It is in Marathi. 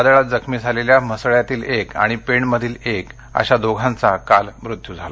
वादळात जखमी झालेल्या म्हसळ्यातील एक आणि पेणमधील एक अशा दोघांचा काल मृत्यू झाला